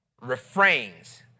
refrains